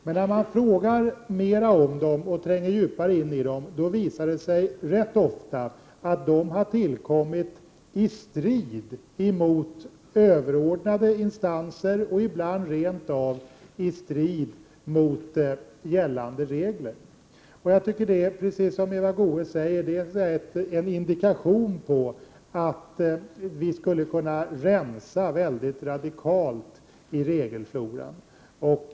Men när man frågar mera om dem och tränger djupare in i dem, visar det sig rätt ofta att de har tillkommit i strid mot överordnade instanser och ibland rent av i strid mot gällande regler. Jag tycker att det är, precis som Eva Goés säger, en indikation på att vi skulle kunna rensa väldigt radikalt i regelfloran.